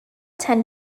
ten